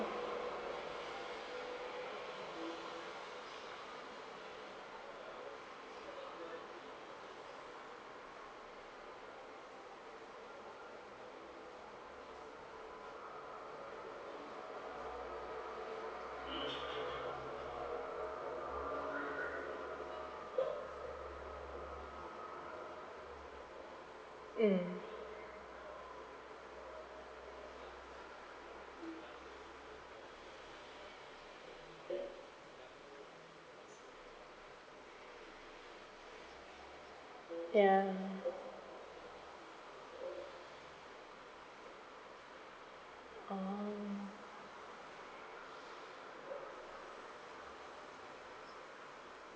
mm ya oh